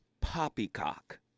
Poppycock